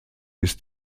ist